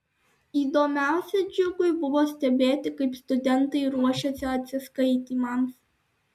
įdomiausia džiugui buvo stebėti kaip studentai ruošiasi atsiskaitymams